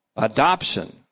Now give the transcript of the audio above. Adoption